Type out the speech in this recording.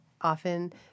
often